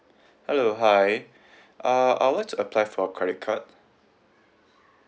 hello hi uh I would like to apply for a credit card